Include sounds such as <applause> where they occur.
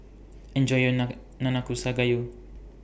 Enjoy your <unintelligible> Nanakusa Gayu